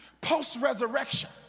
post-resurrection